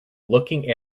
looking